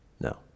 No